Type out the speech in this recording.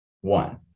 One